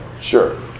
Sure